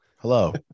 Hello